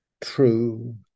true